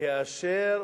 כאשר